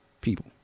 people